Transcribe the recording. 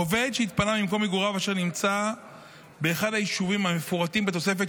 1. עובד שהתפנה ממקום מגוריו שנמצא באחד היישובים המפורטים בתוספת,